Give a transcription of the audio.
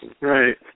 Right